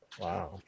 Wow